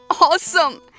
Awesome